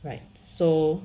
right so